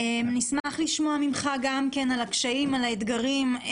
נשמח לשמוע ממך על הקשיים ועל האתגרים.